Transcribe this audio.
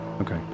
Okay